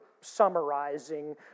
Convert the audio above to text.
summarizing